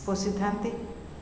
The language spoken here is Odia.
ପୋଷିଥାନ୍ତି